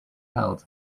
held